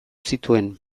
zituen